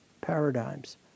paradigms